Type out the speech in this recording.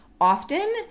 often